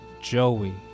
Joey